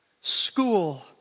school